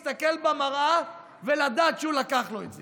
להסתכל על עצמו במראה ולדעת שהוא לקח לו את זה.